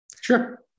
Sure